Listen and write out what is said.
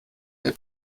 app